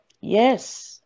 Yes